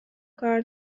کار